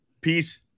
peace